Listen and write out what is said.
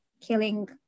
killing